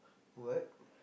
what